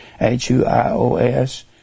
H-U-I-O-S